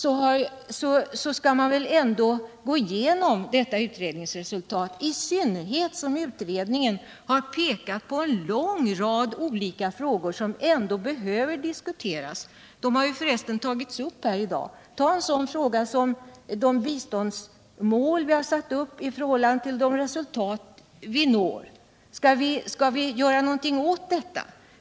Utskottets alla ledamöter skall deh = Utredningen har pekat på en lång rad olika frågor som behöver diskuteras. Sådana frågor har för resten tagits upp här i dag. Det gäller t.ex. de biståndsmål som satts upp, jämförda med de resultat som uppnåtts. Skall vi göra någonting åt detta?